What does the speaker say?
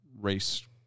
race